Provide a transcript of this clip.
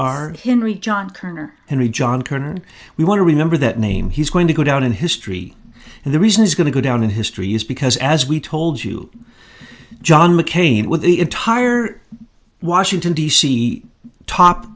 our henry john connor and the john turner we want to remember that name he's going to go down in history and the reason is going to go down in history is because as we told you john mccain with the entire washington d c top